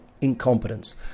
incompetence